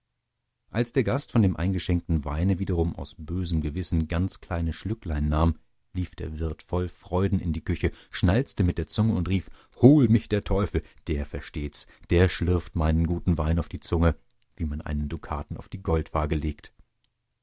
als der gast von dem eingeschenkten weine wiederum aus bösem gewissen ganz kleine schlücklein nahm lief der wirt voll freuden in die küche schnalzte mit der zunge und rief hol mich der teufel der versteht's der schlürft meinen guten wein auf die zunge wie man einen dukaten auf die goldwaage legt